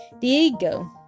Diego